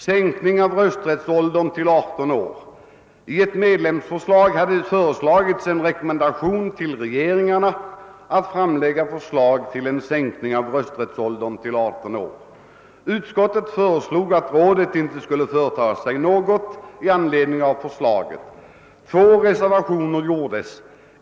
Sänkning av rösträttsåldern till 18 år. I ett medlemsförslag hade föreslagits en rekommendation till regeringarna att framlägga förslag om sänkning av rösträttsåldern till 18 år. Utskottet föreslog att rådet inte sku!le företa sig något i anledning av sörslåget. Två reservationer gjordes.